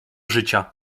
życia